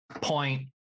point